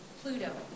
Pluto